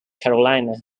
carolina